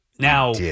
Now